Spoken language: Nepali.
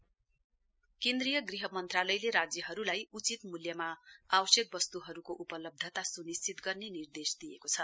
होम मिनिस्टर केन्द्रीय गृह मन्त्रालयले राज्यहरूलाई उचित मूल्य आवश्यक वस्तुहरूको उपलब्धता सुनिश्चित गर्ने निर्देस दिएको छ